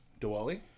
Diwali